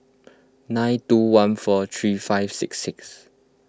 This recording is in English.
nine two one four three five six six